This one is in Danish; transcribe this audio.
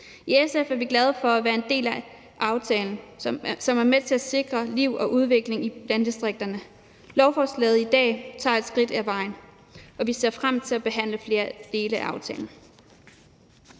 I SF er vi glade for at være en del af aftalen, som er med til at sikre liv og udvikling i landdistrikterne. Lovforslaget i dag tager et skridt ad vejen, og vi ser frem til at behandle flere dele af aftalen.